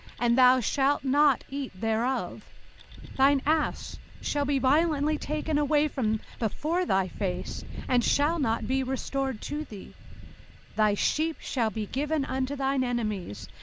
and thou shalt not eat thereof thine ass shall be violently taken away from before thy face, and shall not be restored to thee thy sheep shall be given unto thine enemies,